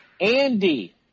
Andy